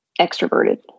extroverted